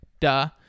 duh